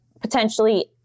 potentially